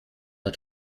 are